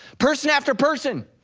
person after person.